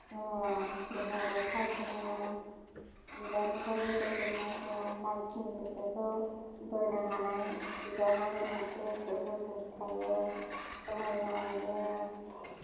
जोंना देहाबो थाजिम मोनो बिबारनिफ्रायबो गोजोन्नाय दं मानसिनि गोसोखौ बोनो हानाय बिबारनावबो मोनसे गोहो गुन थायो समायना नुयो